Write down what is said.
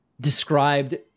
described